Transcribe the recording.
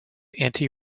anti